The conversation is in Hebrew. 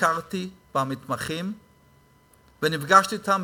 הכרתי במתמחים ונפגשתי אתם,